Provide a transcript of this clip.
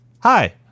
Hi